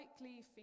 likely